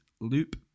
loop